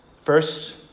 First